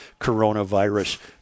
coronavirus